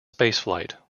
spaceflight